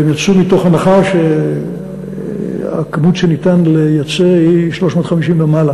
והם יצאו מתוך הנחה שהכמות שאפשר לייצא היא 350 ומעלה.